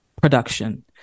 production